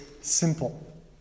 simple